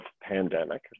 pandemic